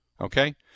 Okay